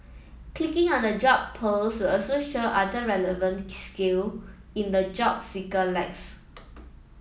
clicking on a job post will also show other relevant skill in the job seeker lacks